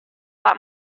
that